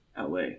LA